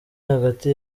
hagati